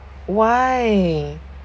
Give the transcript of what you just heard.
why